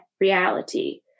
reality